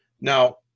Now